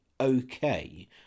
okay